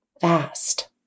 fast